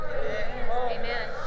Amen